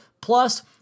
Plus